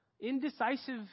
Indecisive